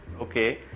Okay